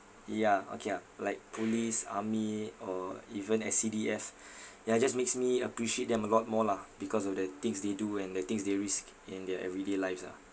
yeah okay ah like police army or even S_C_D_F ya just makes me appreciate them a lot more lah because of the things they do and the things they risk in their everyday lives ah